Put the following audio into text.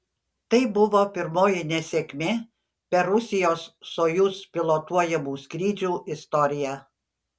tai buvo pirmoji nesėkmė per rusijos sojuz pilotuojamų skrydžių istoriją